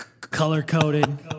Color-coded